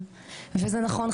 זה נכון,